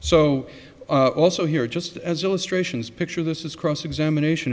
so also here just as illustrations picture this is cross examination